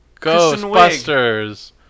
Ghostbusters